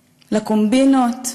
לקומבינות,